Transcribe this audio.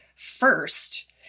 first